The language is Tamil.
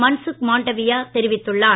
மன்சுக் மண்டாவியா தெரிவித்துள்ளார்